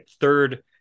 third